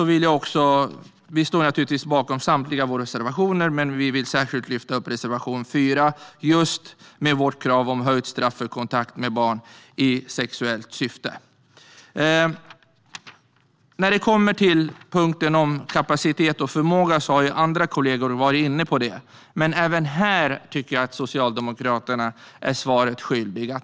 Vi i Liberalerna står naturligtvis bakom samtliga våra reservationer, men vi vill särskilt lyfta upp reservation 4, där vi tar upp vårt krav på höjt straff för kontakt med barn i sexuellt syfte. Andra kollegor har tagit upp punkten om kapacitet och förmåga. Men även här tycker jag att Socialdemokraterna är svaret skyldiga.